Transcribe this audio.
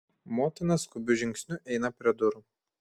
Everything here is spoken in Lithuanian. motina skubiu žingsniu eina prie durų